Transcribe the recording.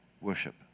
worship